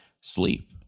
sleep